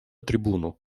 трибуну